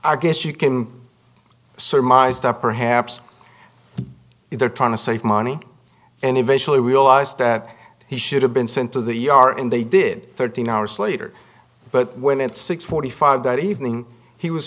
i guess you can surmise that perhaps they're trying to save money and eventually realized that he should have been sent to the r and they did thirteen hours later but when at six forty five that evening he was